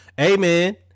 Amen